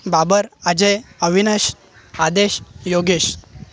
Babar Ajay Avinash Adesh Yogesh